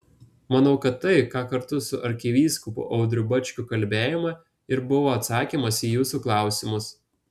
manau kad tai ką kartu su arkivyskupu audriu bačkiu kalbėjome ir buvo atsakymas į jūsų klausimus